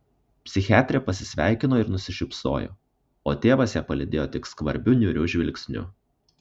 psichiatrė pasisveikino ir nusišypsojo o tėvas ją palydėjo tik skvarbiu niūriu žvilgsniu